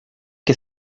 que